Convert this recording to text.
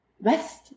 best